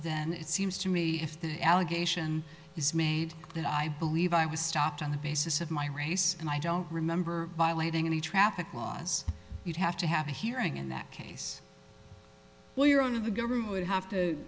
then it seems to me if the allegation is made that i believe i was stopped on the basis of my race and i don't remember violating any traffic laws you'd have to have a hearing in that case well your honor the government would have to